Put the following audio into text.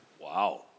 Wow